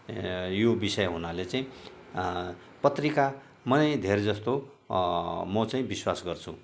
यो विषय हुनाले चाहिँ पत्रिकामा नै धेरै जस्तो म चाहिँ विश्वास गर्छु